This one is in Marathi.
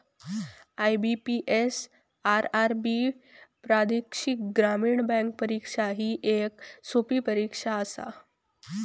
आई.बी.पी.एस, आर.आर.बी प्रादेशिक ग्रामीण बँक परीक्षा ही येक सोपी परीक्षा आसा